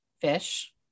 Fish